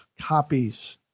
copies